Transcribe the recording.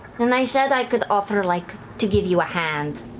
and i said i could offer, like, to give you a hand,